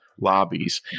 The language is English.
lobbies